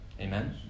Amen